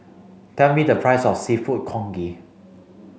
tell me the price of Seafood Congee